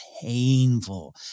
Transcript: painful